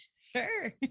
sure